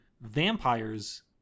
vampires